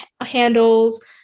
handles